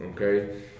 Okay